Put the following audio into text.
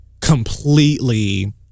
completely